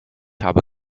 habe